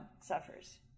suffers